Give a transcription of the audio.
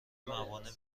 موانع